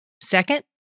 Second